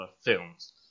films